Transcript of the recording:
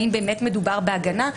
האם באמת מדובר בהגנה,